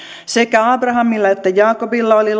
sekä abrahamilla että jaakobilla oli